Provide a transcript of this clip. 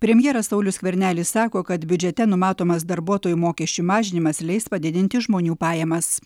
premjeras saulius skvernelis sako kad biudžete numatomas darbuotojų mokesčių mažinimas leis padidinti žmonių pajamas